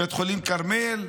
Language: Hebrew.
בית חולים כרמל,